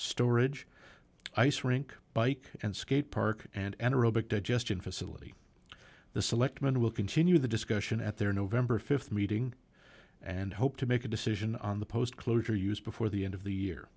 storage ice rink bike and skate park and anaerobic digestion facility the selectmen will continue the discussion at their nov th meeting and hope to make a decision on the post closure use before the end of the year